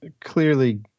clearly